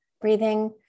breathing